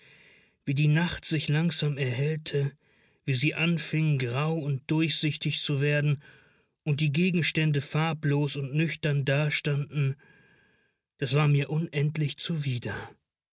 wie die nacht sich langsam erhellte wie sie anfing grau und durchsichtig zu werden und die gegenstände farblos und nüchtern dastanden das war mir unendlich zuwider